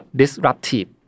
disruptive